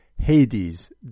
Hades